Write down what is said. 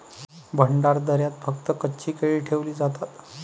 भंडारदऱ्यात फक्त कच्ची केळी ठेवली जातात